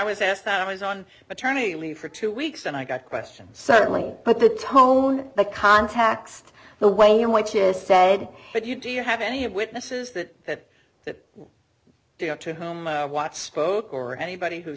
was asked that i was on maternity leave for two weeks and i got question certainly but the tone the context the way in which is said that you do you have any of witnesses that do you know to whom watch spoke or anybody who